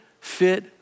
fit